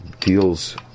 deals